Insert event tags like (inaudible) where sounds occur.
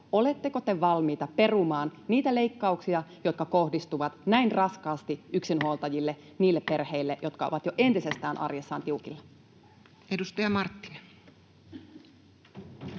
oletteko te valmiita perumaan niitä leikkauksia, jotka kohdistuvat näin raskaasti yksinhuoltajille, (noise) niille perheille, jotka ovat jo entisestään arjessaan tiukilla? Edustaja Marttinen.